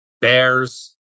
Bears